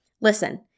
Listen